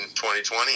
2020